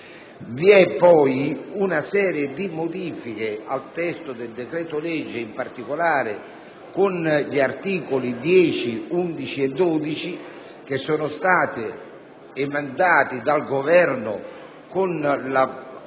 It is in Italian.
Vi è poi una serie di modifiche al testo del decreto-legge, in particolare agli articoli 10, 11 e 12 che sono stati emendati dal Governo con un